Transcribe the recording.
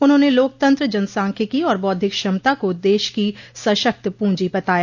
उन्होंने लोकतंत्र जनसांख्यिकी और बौद्धिक क्षमता को देश की सशक्त पूंजी बताया